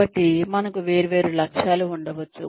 కాబట్టి మనకు వేర్వేరు లక్ష్యాలు ఉండవచ్చు